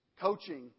coaching